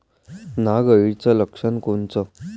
नाग अळीचं लक्षण कोनचं?